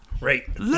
Right